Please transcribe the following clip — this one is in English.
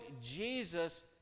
Jesus